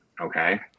okay